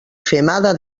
femada